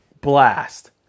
blast